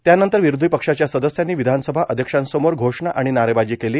त्यानंतर विरोधी पक्षाच्या सदस्यांनी विधानसभा अध्यक्षांसमोर घोषणा आणि नारेबाजी केली